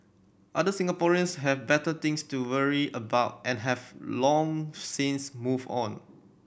other Singaporeans have better things to worry about and have long since moved on